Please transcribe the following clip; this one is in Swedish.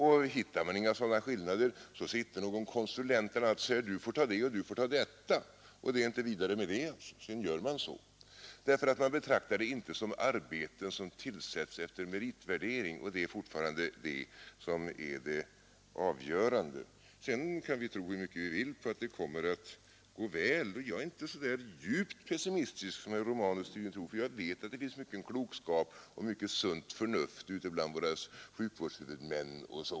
Hittar man inga skillnader säger någon konsulent: Du får ta detta och du får ta detta. Och det är inte något vidare med det. Man betraktar nämligen inte detta som arbeten som tillsätts efter meritvärdering — det är fortfarande det som är avgörande. Sedan kan vi tro hur mycket vi vill på att det kommer att gå väl. Jag är inte så djupt pessimistisk som herr Romanus tror. Jag vet att det finns mycken klokskap och mycket sunt förnuft bland våra sjukvårdshuvudmän.